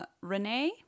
renee